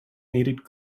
needed